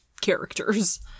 characters